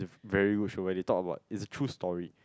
very good show where they talk about it's a true story